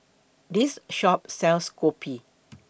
This Shop sells Kopi